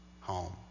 home